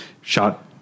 shot